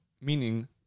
meaning